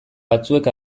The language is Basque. batzuek